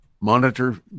monitor